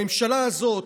הממשלה הזאת,